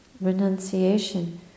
renunciation